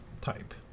type